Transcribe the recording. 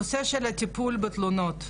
נושא של טיפול בתלונות.